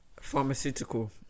pharmaceutical